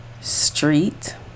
street